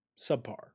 subpar